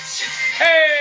Hey